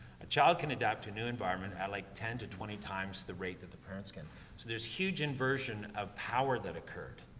a child can adapt to a new environment at like ten to twenty times the rate that the parents can. so there's huge inversion of power that occurred,